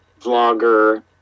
vlogger